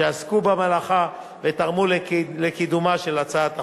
שעסקו במלאכה ותרמו לקידומה של הצעת החוק.